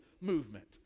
movement